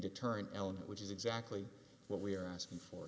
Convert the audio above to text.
deterrent element which is exactly what we're asking for